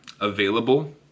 available